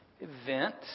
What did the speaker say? event